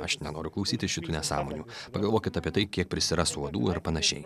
aš nenoriu klausyti šitų nesąmonių pagalvokit apie tai kiek prisiras uodų ar panašiai